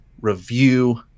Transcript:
review